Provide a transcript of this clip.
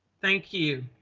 thank you.